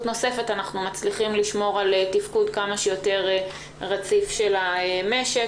נוספת אנחנו מצליחים לשמור על תפקוד כמה שיותר רציף של המשק.